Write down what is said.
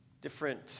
Different